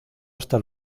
hasta